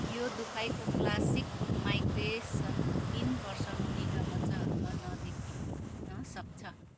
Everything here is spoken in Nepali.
यो दुखाइको क्लासिक माइग्रेसन तिन वर्ष मुनिका बच्चाहरूमा नदेखिन सक्छ